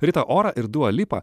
rita ora ir dua lipa